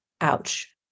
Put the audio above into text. ouch